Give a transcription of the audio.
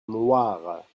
noir